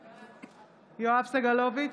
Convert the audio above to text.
סגלוביץ'